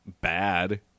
bad